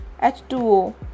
H2O